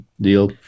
deal